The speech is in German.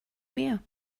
mehr